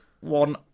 One